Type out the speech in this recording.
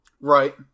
Right